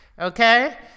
okay